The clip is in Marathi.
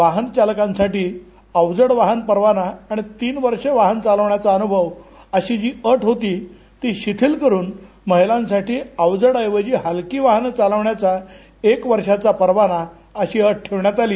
वाहन चालकासाठी अवजड वाहन परवाना आणि तीन वर्षे वाहन चालवण्याचा अनुभव अशी जी अट होती ती शिथील करून महिलांसाठी अवजड ऐवजी हलकी वाहने चालवण्याचा एक वर्षांचा परवाना अशी अट ठेवण्यात आली